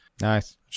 Nice